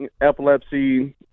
epilepsy